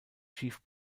chief